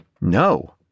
No